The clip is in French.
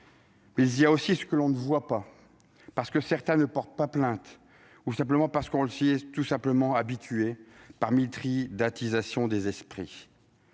Mais il y a aussi ce que l'on ne voit pas, parce que certains ne portent pas plainte ou simplement parce que l'on s'y est habitué, par mithridatisation des esprits.